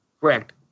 correct